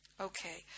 Okay